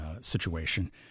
situation